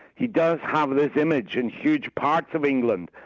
he does have this image in huge parts of england,